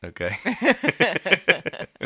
Okay